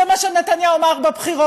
זה מה שנתניהו אמר בבחירות.